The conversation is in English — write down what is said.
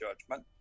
judgment